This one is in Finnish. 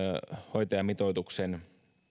hoitajamitoituksen